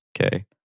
Okay